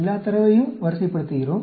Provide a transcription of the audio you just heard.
எல்லா தரவையும் வரிசைப்படுத்துகிறோம்